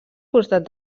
costat